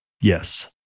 Yes